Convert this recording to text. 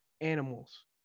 animals